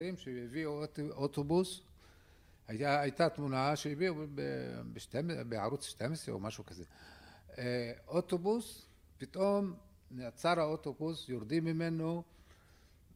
שהביאו אוטובוס, הייתה תמונה שהביאו בערוץ 12 או משהו כזה אוטובוס פתאום נעצר האוטובוס יורדים ממנו